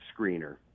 screener